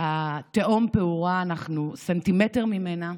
התהום פעורה, אנחנו סנטימטר ממנה,